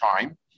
time